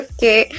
Okay